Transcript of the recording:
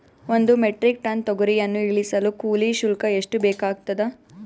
ಒಂದು metric tonne ತೊಗರಿಯನ್ನು ಇಳಿಸಲು ಕೂಲಿ ಶುಲ್ಕ ಎಷ್ಟು ಬೇಕಾಗತದಾ?